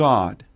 God